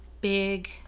big